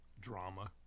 drama